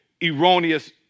erroneous